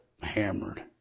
hammered